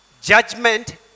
Judgment